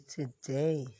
today